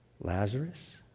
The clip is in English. Lazarus